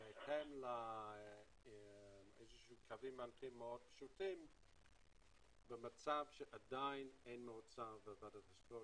בהתאם לקווים מנחים במצב שעדיין אין לאוצר ועדת השקעות,